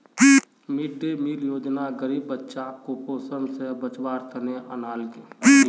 mid day meal योजना गरीब बच्चाक कुपोषण स बचव्वार तने अन्याल कि